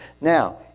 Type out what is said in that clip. Now